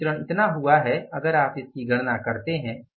यह विचरण इतना हुआ है अगर आप इसकी गणना करते हैं